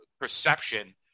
perception